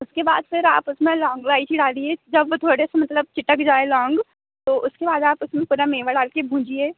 उसके बाद फिर आप उसमें लौंग इलाइची डालिए जब वो थोड़े से मतलब चिटक जाए लौंग तो उसके बाद आप उसमें पूरा मेवा डाल कर भूँजिए